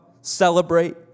celebrate